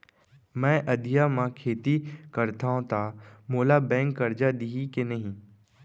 मैं अधिया म खेती करथंव त मोला बैंक करजा दिही के नही?